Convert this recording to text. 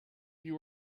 you